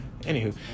Anywho